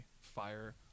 Fire